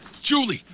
Julie